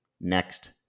next